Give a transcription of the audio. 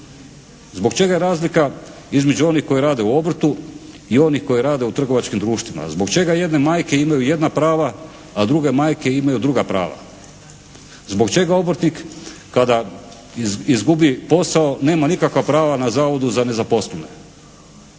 Zbog čega razlika između onih koji rade u obrtu i onih koji rade u trgovačkim društvima? Zbog čega jedne majke imaju jedna prava, a druge majke imaju druga prava? Zbog čega obrtnik kada izgubi posao nema nikakva prava na Zavodu za nezaposlene?